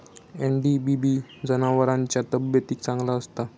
NDBB जनावरांच्या तब्येतीक चांगला असता